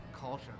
culture